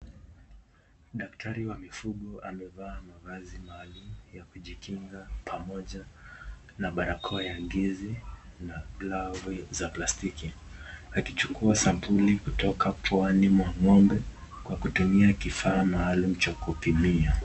Daktari wa mifugo amevaa mavazi maalum ya kujikinga pamoja na barakoa ya ndizi na glavu za plastiki, akichukua sampuli kutoka puani mwa ngombe kwa kutumia kifaa maalum cha kupimia.